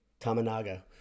Tamanaga